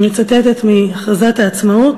אני מצטטת מהכרזת העצמאות: